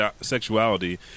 sexuality